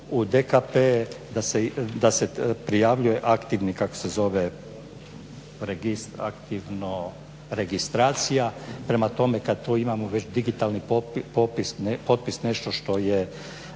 u DKP, da se prijavljuje aktivni kako se zove aktivna registracija. Prema tome kad već imamo digitalni potpis, nešto što